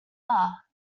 are